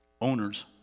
Owners